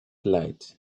light